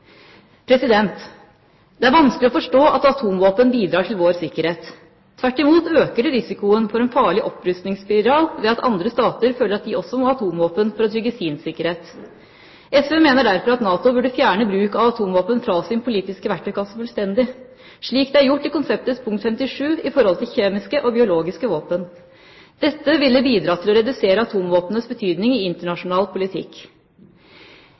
Det er vanskelig å forstå at atomvåpen bidrar til vår sikkerhet. Tvert imot øker det risikoen for en farlig opprustningsspiral ved at andre stater føler at de også må ha atomvåpen for å trygge sin sikkerhet. SV mener derfor at NATO burde fjerne bruk av atomvåpen fra sin politiske verktøykasse fullstendig, slik det er gjort i konseptets punkt 57 med hensyn til kjemiske og biologiske våpen. Dette ville bidratt til å redusere atomvåpnenes betydning i internasjonal politikk.